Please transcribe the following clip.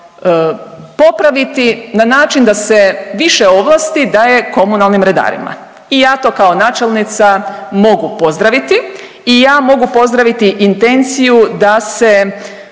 popraviti na način da se više ovlasti daje komunalnim redarima i ja to kao načelnica mogu pozdraviti i ja mogu pozdraviti intenciju da se